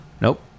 nope